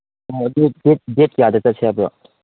ꯎꯝ ꯑꯗꯨ date date ꯀꯌꯥꯗ ꯆꯠꯁꯦꯕ꯭ꯔꯣ